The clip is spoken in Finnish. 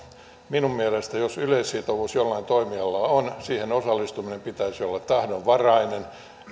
minun mielestäni jos yleissitovuus jollain toimialalla on siihen osallistumisen pitäisi olla tahdonvaraista